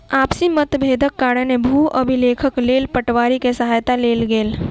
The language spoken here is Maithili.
आपसी मतभेदक कारणेँ भू अभिलेखक लेल पटवारी के सहायता लेल गेल